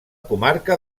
comarca